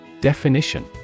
Definition